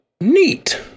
neat